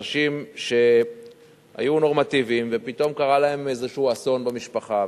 אנשים שהיו נורמטיביים ופתאום קרה להם איזה אסון במשפחה,